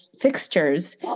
fixtures